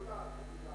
מדולל.